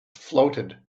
floated